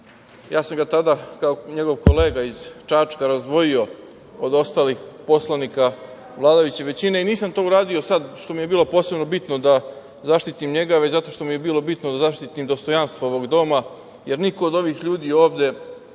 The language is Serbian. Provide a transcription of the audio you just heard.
ja sam ga tada kao njegov kolega iz Čačka razdvojio od ostalih poslanika vladajuće većine i nisam to uradio zato što mi je bilo posebno bitno da zaštitim njega, već zato što mi je bilo bitno da zaštitim dostojanstvo ovog doma, jer niko od ovih ljudi ovde